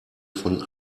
von